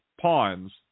pawns